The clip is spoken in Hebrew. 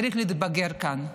צריך להתבגר כאן.